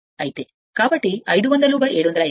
కాబట్టి 500 750 ∅1 ∅2 అంటే 2 ∅1 3 ∅ 2 ఇది సమీకరణం 3